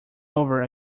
over